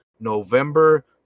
November